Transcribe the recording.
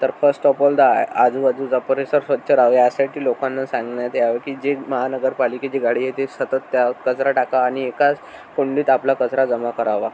तर first of all the आजूबाजूचा परिसर स्वच्छ राहावे यासाठी लोकांना सांगण्यात यावे की जे महानगरपालिकेची गाडी येते सतत त्यावर कचरा टाका आणि एकाच कुंडीत आपला कचरा जमा करावा